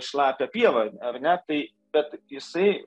šlapią pievą ar ne tai bet jisai